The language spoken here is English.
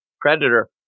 Predator